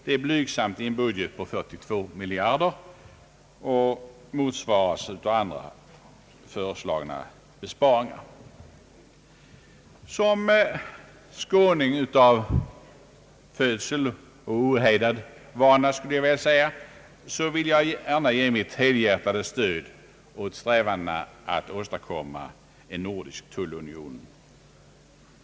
Det är blygsamt i en så stor budget som 42 miljarder och motsvaras av andra föreslagna besparingar. Som skåning av födsel och ohejdad vana, skulle jag vilja ge mitt helhjärtade stöd åt strävandena att åstadkomma en nordisk tullunion.